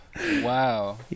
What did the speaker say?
wow